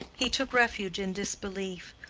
he took refuge in disbelief.